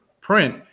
print